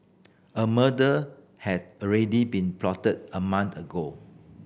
a murder had already been plotted a month ago